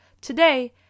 Today